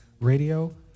Radio